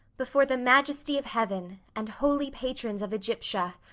before the majesty of heaven and holy patrons of aegyptia,